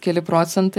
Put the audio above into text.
keli procentai